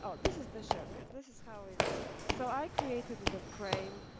ah this is the shelter, this is how it looked. so i created the the frame.